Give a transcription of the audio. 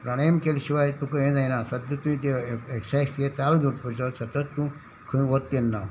प्राणायम केले शिवाय तुका हें जायना सद्दां तुवें तें एक्सायस तें चालू दवरपाचो सतत तूं खंय वता तेन्ना